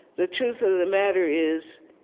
the truth of the matter is,